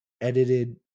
edited